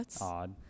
odd